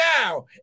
now